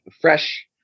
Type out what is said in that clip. fresh